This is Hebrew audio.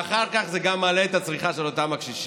ואחר כך זה גם מעלה את הצריכה של אותם קשישים.